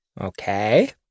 Okay